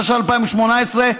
התשע"ח 2018,